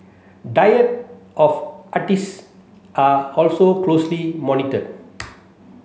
diet of artist are also closely monitored